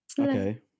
okay